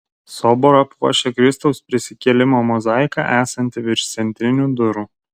soborą puošia kristaus prisikėlimo mozaika esanti virš centrinių durų